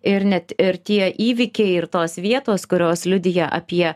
ir net ir tie įvykiai ir tos vietos kurios liudija apie